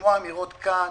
לשמוע אמירות כאן